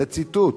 זה ציטוט.